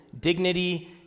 dignity